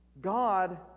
God